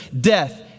death